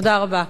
תודה רבה.